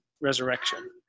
resurrection